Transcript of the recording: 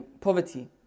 poverty